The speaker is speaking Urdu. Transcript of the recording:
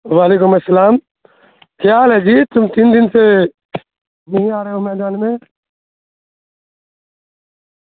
وعلیکم السلام کیا حال ہے جی تم تین دن سے نہیں آ رہے ہو میدان میں